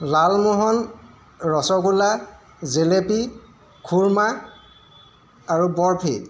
লালমোহন ৰসগোল্লা জেলেপি খুৰ্মা আৰু বৰফি